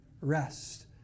rest